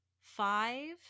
five